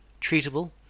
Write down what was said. treatable